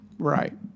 Right